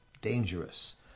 dangerous